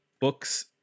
books